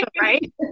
right